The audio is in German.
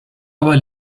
aber